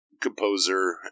composer